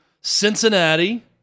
Cincinnati